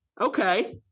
okay